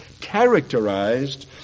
characterized